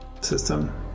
system